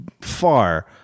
far